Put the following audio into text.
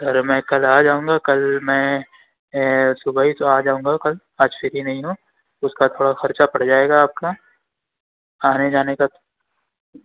ارے میں کل آ جاؤں گا کل میں صبح ہی تو آ جاؤں گا کل آج فری نہیں ہوں اس کا تھوڑا خرچہ پڑ جائے گا آپ کا آنے جانے کا